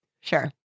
Sure